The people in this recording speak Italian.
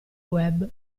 web